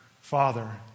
father